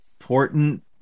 important